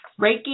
Reiki